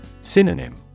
Synonym